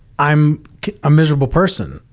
i'm a miserable person,